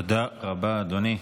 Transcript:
תודה רבה, אדוני.